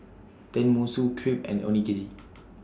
Tenmusu Crepe and Onigiri